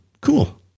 cool